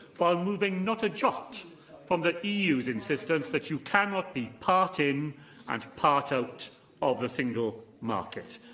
while moving not a jot from the eu's insistence that you cannot be part in and part out of the single market.